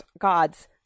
God's